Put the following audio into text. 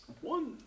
One